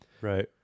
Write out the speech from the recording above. Right